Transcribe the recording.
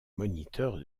moniteurs